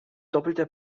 doppelter